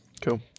cool